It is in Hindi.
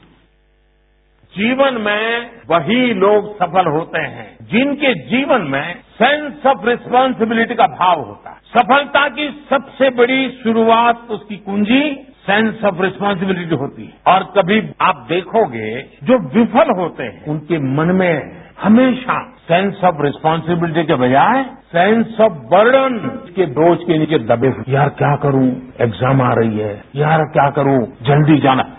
बाईट जीवन में वही लोग सफल होते हैं जिनके जीवन में सेंस ऑफ रिस्पॉसिबिलिटी का भाव हो सफलता की सबसे बड़ी शुरूआत उसकी पूंजी सेंस ऑफ रिस्पॉसिबिलिटी होती है और कमी आप देखोगे जो विफल होते हैं उनके मन में हमेशा सेंस ऑफ रिस्पॉसिबिलिटी के बजाय सेंस ऑफ बर्डन के बोझ के नीचे दबे हुए हैं यार क्या करू एग्जाम आ रही है यार क्या करू जल्दी जाना है